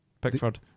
Pickford